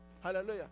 Hallelujah